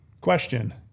Question